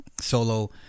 Solo